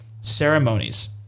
ceremonies